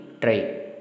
try